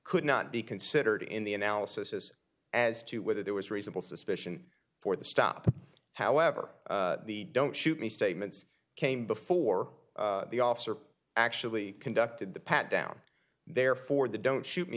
could not be considered in the analysis as to whether there was reasonable suspicion for the stop however the don't shoot me statements came before the officer actually conducted the pat down therefore the don't shoot me